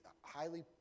highly